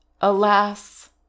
Alas